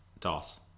Dos